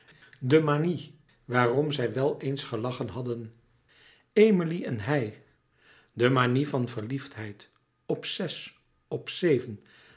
de manie waarom zij wel eens gelachen hadden emilie en hij de manie van verliefdheid op zes op zeven